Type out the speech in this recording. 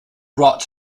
rot